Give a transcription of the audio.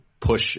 push